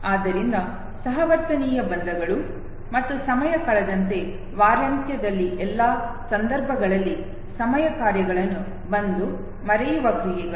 ಆದ್ದರಿಂದ ಸಹವರ್ತನೀಯ ಬಂಧಗಳು ಮತ್ತು ಸಮಯ ಕಳೆದಂತೆ ವಾರಾಂತ್ಯದಲ್ಲಿ ಅಲ್ಲಿ ಎಲ್ಲಾ ಸಂದರ್ಭಗಳಲ್ಲಿ ಸಮಯ ಕಾರ್ಯಗಳನ್ನು ಒಂದು ಮರೆಯುವ ಕ್ರಿಯೆಗಳು